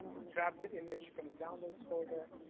grab the image from the downloads folder,